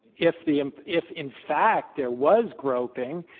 if the if, in fact, there was groping,